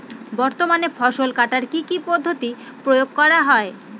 বর্তমানে ফসল কাটার কি কি পদ্ধতি প্রয়োগ করা হয়?